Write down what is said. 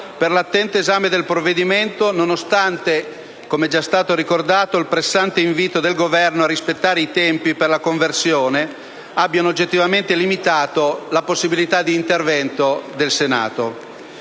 per l'attento esame del provvedimento, nonostante, come è già stato ricordato, il pressante invito del Governo a rispettare i tempi per la conversione abbia oggettivamente limitato la possibilità di intervento del Senato.